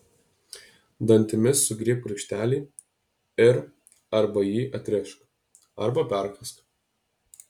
dantimis sugriebk raištelį ir arba jį atrišk arba perkąsk